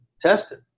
tested